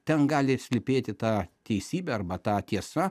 ten gali slypėti ta teisybė arba ta tiesa